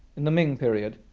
in the ming period,